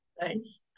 Nice